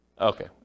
Okay